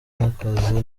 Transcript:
n’akazi